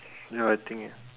ya I think ah